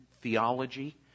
theology